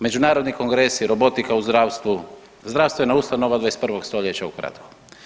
Međunarodni kongresi, robotika u zdravstvu, zdravstvena ustanova 21. stoljeća ukratko.